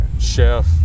chef